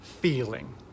feeling